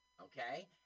Okay